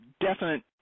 definite